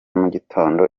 mugitondo